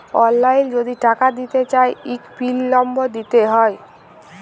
অললাইল যদি টাকা দিতে চায় ইক পিল লম্বর দিতে হ্যয়